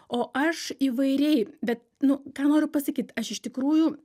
o aš įvairiai bet nu ką noriu pasakyt aš iš tikrųjų